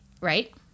right